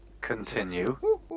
Continue